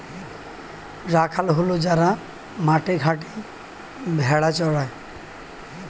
রাখাল হল যারা মাঠে ঘাটে ভেড়া চড়ায়